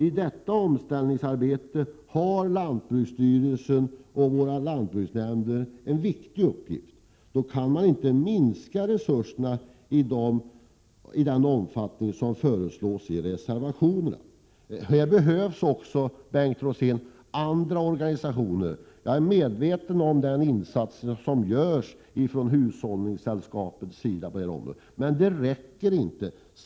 I detta omställningsarbete har lantbruksstyrelsen och våra lantbruksnämnder en viktig uppgift. Då kan man inte minska resurserna i den omfattning som föreslås i reservationen. Här behövs också, Bengt Rosén, andra organisationer. Jag är medveten om de insatser som görs från hushållningssällskapens sida på detta område, men det räcker inte.